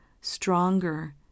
stronger